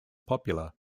popular